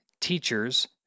teachers